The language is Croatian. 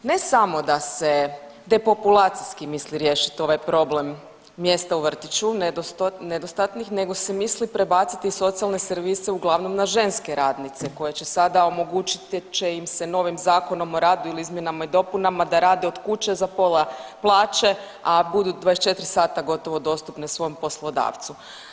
Ne samo da se depopulacijski misli riješiti ovaj problem mjesta u vrtiću, nedostatnih, nego se misli prebaciti socijalne servise uglavnom na ženske radnice koje će sada omogućit će im se novim Zakonom o radu ili izmjenama i dopunama da rade od kuće za pola plaće, a budu 24 sata gotovo dostupne svom poslodavcu.